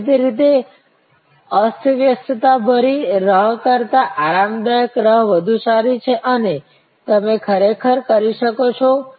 દેખીતી રીતે અસ્વસ્થતાભરી રાહ કરતાં આરામદાયક રાહ વધુ સારી છે અને તમે ખરેખર કરી શકો છો